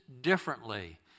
differently